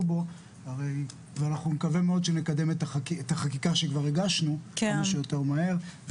בו ואנחנו נקווה מאוד שנקדם את החקיקה שכבר הגשנו כמה שיותר מהר,